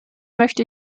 möchte